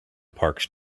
parked